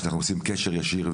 שאנחנו עושים קשר ישיר,